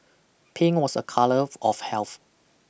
pink was a colour of health